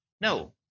No